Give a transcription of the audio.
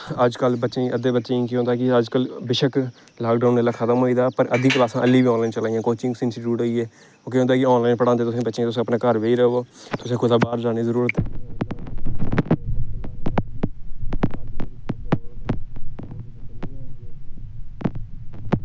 अज्जकल बच्चें गी अद्धे बच्चें गी केह् होंदा कि अज्जकल बेशक लाकडाउन जिसलै खतम होई गेदा पर हल्ली बी क्लासां आनलाइन चला दियां कोचिंग इंस्सीट्यूट होई गे ओह् केह् होंदा कि आनलाइन तुसेंगी बच्चें गी तुस घर बेही रवो तुसेंगी कुतै बाह्र जाने दी जरूरत नेईं